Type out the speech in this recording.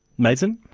mazen?